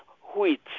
wheat